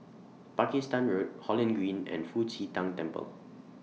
Pakistan Road Holland Green and Fu Xi Tang Temple